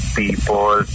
people